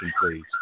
please